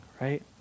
right